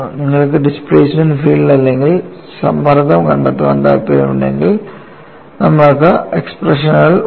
നിങ്ങൾക്ക് displacement field അല്ലെങ്കിൽ സമ്മർദ്ദം കണ്ടെത്താൻ താൽപ്പര്യമുണ്ടെങ്കിൽ നമ്മൾക്ക് എക്സ്പ്രഷനുകൾ ഉണ്ട്